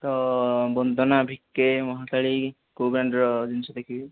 ତ ବନ୍ଦନା ଭି କେ ମହାକାଳୀ କେଉଁ ବ୍ରାଣ୍ଡ୍ର ଜିନିଷ ଦେଖିବେ